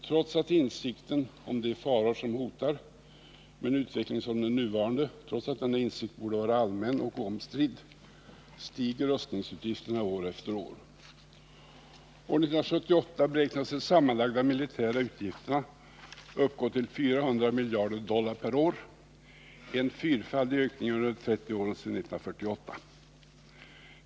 Trots att insikten om de faror som hotar med en utveckling som den nuvarande borde vara allmän och oomstridd stiger rustningsutgifterna år efter år. År 1978 beräknades de sammanlagda militära utgifterna uppgå till 400 miljarder dollar per år, en fyrfaldig ökning under de 30 åren sedan 1948.